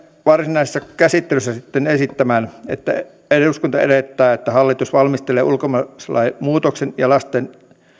varsinaisessa käsittelyssä sitten esittämään että eduskunta edellyttää että hallitus valmistelee ulkomaalaislain muutoksen jolla lasten